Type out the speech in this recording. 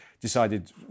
decided